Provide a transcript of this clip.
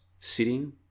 sitting